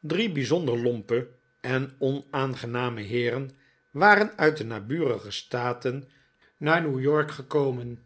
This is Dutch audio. drie bijzonder lompe en onaangename heeren waren uit de naburige staten naar newyork gekomen